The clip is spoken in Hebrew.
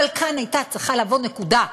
אבל כאן הייתה צריכה לבוא נקודה.